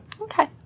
Okay